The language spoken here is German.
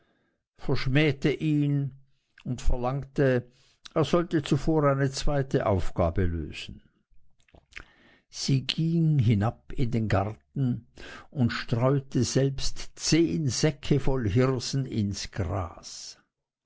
verschmähte ihn und verlangte er sollte zuvor eine zweite aufgabe lösen sie ging hinab in den garten und streute selbst zehn säcke voll hirsen ins gras